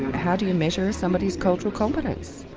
how do you and measure somebody's cultural competence,